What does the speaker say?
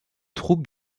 troupes